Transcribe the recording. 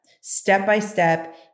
Step-by-step